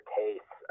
case